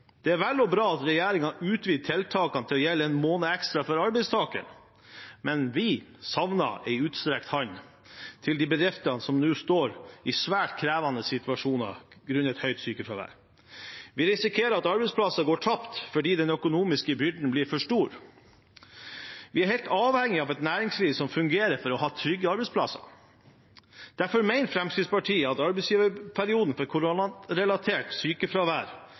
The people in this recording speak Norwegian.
Det er vel og bra at regjeringen utvider tiltakene til å gjelde en måned ekstra for arbeidstakeren, men vi savner en utstrakt hånd til de bedriftene som nå står i svært krevende situasjoner grunnet høyt sykefravær. Vi risikerer at arbeidsplasser går tapt fordi den økonomiske byrden blir for stor. Vi er helt avhengig av et næringsliv som fungerer, for å ha trygge arbeidsplasser. Derfor mener Fremskrittspartiet at arbeidsgiverperioden for koronarelatert sykefravær